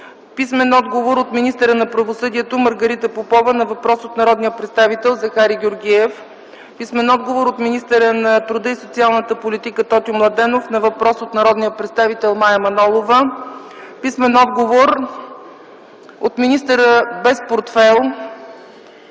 - отговор от министъра на правосъдието Маргарита Попова на въпрос от народния представител Захари Георгиев; - отговор от министъра на труда и социалната политика Тотю Младенов на въпрос от народния представител Мая Манолова; - отговор от министъра без портфейл